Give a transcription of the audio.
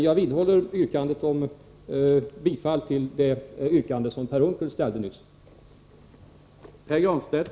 Jag vidhåller yrkandet om bifall till det yrkande som Per Unckel nyss ställde.